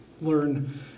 learn